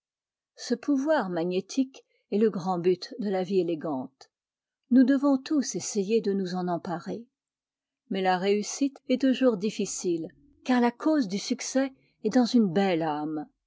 ce pouvoir magnétique est le grand but de la vie élégante nous devons tous essayer de nous en emparer mais la réussite est toujours difficile car la cause du succès est dans une belle âme